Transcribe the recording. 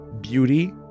beauty